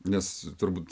nes turbūt